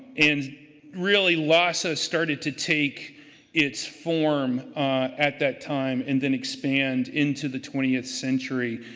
and really, lhasa started to take its form at that time. and then expand into the twentieth century.